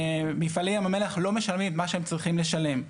מפעלי ים המלח לא משלמים את מה שהם צריכים לשלם.